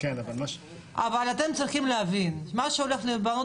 אבל אתם צריכים להבין: מה שהולך להיבנות